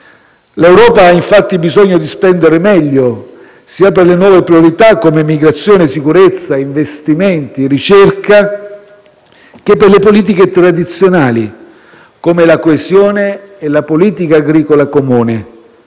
L'Europa ha, infatti, bisogno di spendere meglio sia per le nuove priorità come migrazione, sicurezza, investimenti, ricerca che per le politiche tradizionali come la coesione e la politica agricola comune.